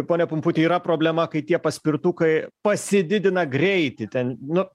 ponia pumputi yra problema kai tie paspirtukai pasididina greitį ten nu